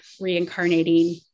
reincarnating